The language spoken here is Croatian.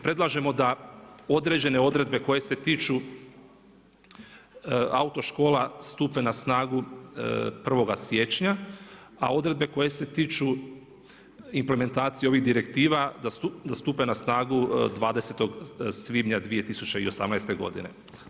Predlažemo da određene odredbe koje se tiče autoškola stupe na snagu 1. siječnja, a odredbe koje se tiču implementacije ovih direktiva da stupe na snagu 20. svibnja 2018. godine.